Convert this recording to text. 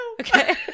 Okay